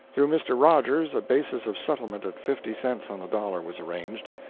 through mr. rogers a basis of settlement at fifty cents on the dollar was arranged,